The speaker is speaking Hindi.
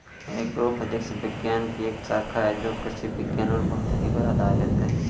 एग्रोफिजिक्स विज्ञान की एक शाखा है जो कृषि विज्ञान और भौतिकी पर आधारित है